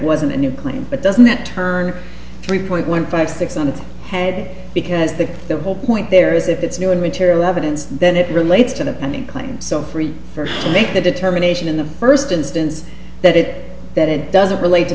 wasn't a new claim but doesn't that turn three point one five six on the head because the whole point there is if it's new and material evidence then it relates to the pending claim so free for to make the determination in the first instance that it that it doesn't relate to